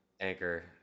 Anchor